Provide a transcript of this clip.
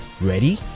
Ready